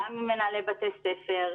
גם עם מנהלי בתי ספר,